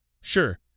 Sure